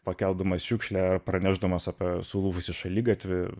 pakeldamas šiukšlę pranešdamas apie sulūžusį šaligatvį